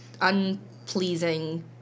unpleasing